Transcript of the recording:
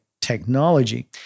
technology